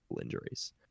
injuries